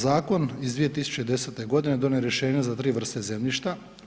Zakon iz 2010. godine donio je rješenje za tri vrste zemljišta.